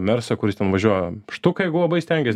mersą kuris ten važiuoja štuką jeigu labai stengies